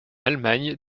allemagne